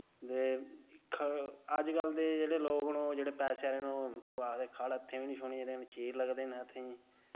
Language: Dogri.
ते ख अजकल दे जेह्ड़े लोक न ओह् जेह्ड़े पैसे आह्ले न ओ आखदे खाड़ हत्थें बी नेईं छूनी एह्दे कन्नै चीर लगदे न हत्थें गी